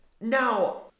Now